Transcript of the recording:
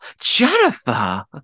Jennifer